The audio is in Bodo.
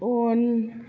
उन